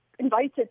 invited